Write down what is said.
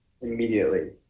immediately